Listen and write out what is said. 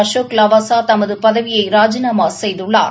அசோக் லாவாசா தமது பதவியை ராஜினாமா செய்துள்ளார்